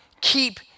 keep